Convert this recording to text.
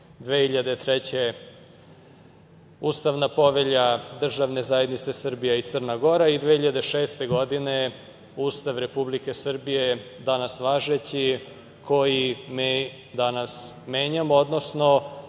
godine Ustavna povelja državne zajednice Srbije i Crna Gora i 2006. godine Ustav Republike Srbije, danas važeći, koji mi danas menjamo, odnosno